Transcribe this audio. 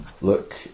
Look